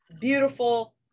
beautiful